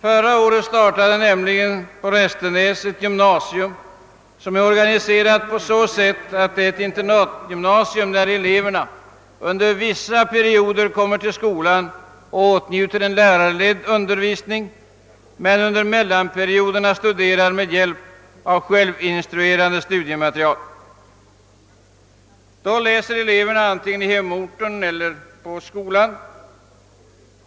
Förra året startade nämligen på Restenäs ett gymnasium, som är organiserat på så sätt, att det är ett internatgymnasium, där eleverna under vissa perioder kommer till skolan och åtnjuter en lärarledd undervisning men under mellanperioderna studerar med hjälp av självinstruerande studiematerial och då läser antingen i hemorten eller på skolan.